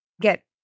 get